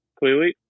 clearly